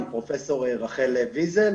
עם פרופ' רחל ויזל,